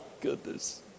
goodness